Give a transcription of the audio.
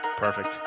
Perfect